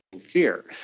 fear